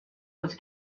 was